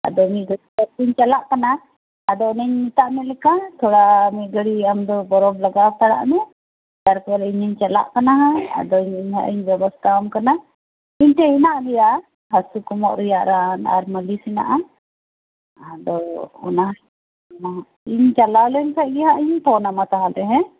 ᱟᱫᱚ ᱢᱤᱫ ᱜᱷᱟᱹᱲᱤᱡ ᱠᱷᱟᱱ ᱜᱮᱧ ᱪᱟᱞᱟᱜ ᱠᱟᱱᱟ ᱟᱫᱚ ᱚᱱᱮᱧ ᱢᱮᱛᱟᱜᱢᱮ ᱞᱮᱠᱟ ᱛᱷᱚᱲᱟ ᱢᱤᱫ ᱜᱷᱟᱹᱲᱤᱡ ᱟᱢᱫᱚ ᱵᱚᱨᱚᱯ ᱞᱟᱜᱟᱣ ᱦᱟᱛᱟᱲᱟᱜ ᱢᱮ ᱛᱟᱨᱯᱚᱨ ᱤᱧ ᱤᱧ ᱪᱟᱞᱟᱜ ᱠᱟᱱᱟ ᱦᱟᱸᱜ ᱟᱫᱚ ᱦᱟᱸᱜ ᱤᱧ ᱵᱮᱵᱚᱥᱛᱟ ᱟᱢ ᱠᱟᱱᱟ ᱤᱧ ᱴᱷᱮᱱ ᱦᱮᱱᱟᱜ ᱜᱮᱭᱟ ᱦᱟᱥᱩ ᱠᱚᱢᱚᱜ ᱨᱮᱭᱟᱜ ᱨᱟᱱ ᱟᱨ ᱢᱟᱹᱞᱤᱥ ᱦᱮᱱᱟᱜᱼᱟ ᱟᱫᱚ ᱚᱱᱟ ᱚᱱᱟ ᱦᱟᱸᱜ ᱤᱧ ᱪᱟᱞᱟᱣ ᱞᱮᱱ ᱠᱷᱟᱱ ᱜᱮᱦᱟᱤᱧ ᱯᱷᱳᱱ ᱟᱢᱟ ᱛᱟᱦᱚᱞᱮ ᱦᱮᱸ